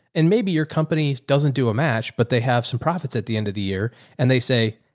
and maybe your company doesn't do a match, but they have some profits at the end of the year and they say,